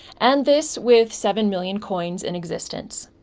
and this with seven million coins in existence.